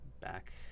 back